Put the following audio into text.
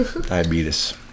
Diabetes